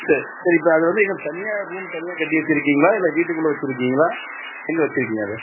சரி சரி இப்போ அது வந்து எங்கே தனியாக ரூம் தனியாக கட்டி வைச்சுருக்கீங்களா இல்லை வீட்டுக்குள்ளே வைச்சுருக்கீங்களா எங்கே வைச்சிருக்கீங்க அதை